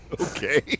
okay